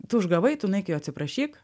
tu užgavai tu nueik jo atsiprašyk